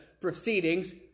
proceedings